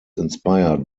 inspired